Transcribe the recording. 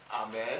Amen